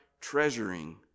treasuring